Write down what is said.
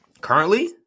Currently